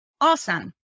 Awesome